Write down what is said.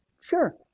Sure